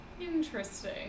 Interesting